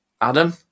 Adam